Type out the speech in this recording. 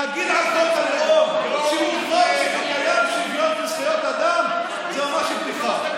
להגיד על חוק הלאום שזה חוק שמקיים שוויון וזכויות אדם זאת ממש בדיחה,